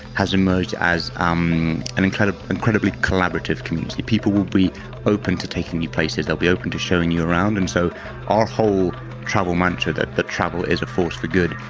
has emerged as um an an kind of incredibly collaborative community. people will be open to taking you places, they'll be open to showing you around. and so our whole travel mantra, that the travel is a force for good,